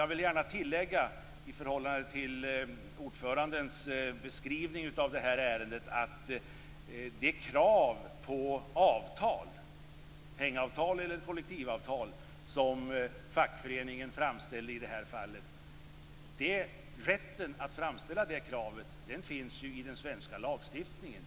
Jag vill gärna göra tillägget till ordförandens beskrivning av detta ärende att rätten att framställa krav på avtal - krav på hängavtal eller kollektivavtal, som fackföreningen framställde i det här fallet - finns i den svenska lagstiftningen.